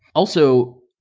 also,